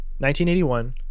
1981